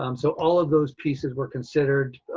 um so all of those pieces were considered.